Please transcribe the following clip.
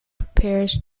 prepares